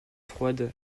froides